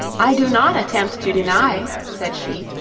i do not attempt to deny, said she,